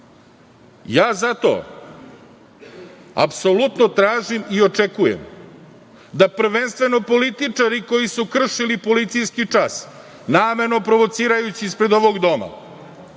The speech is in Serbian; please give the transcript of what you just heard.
Ja zato apsolutno tražim i očekujem, prvenstveno političari koji su kršili policijski čas, namerno provocirajući ispred ovog doma,